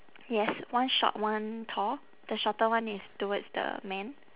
yes one short one tall the shorter one is towards the man